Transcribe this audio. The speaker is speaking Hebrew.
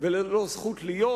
וללא זכות להיות,